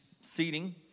seating